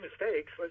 mistakes